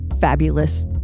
fabulous